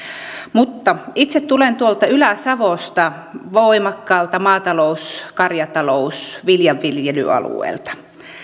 mutta itse tulen tuolta ylä savosta voimakkaalta maatalous karjatalous ja viljanviljelyalueelta